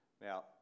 Now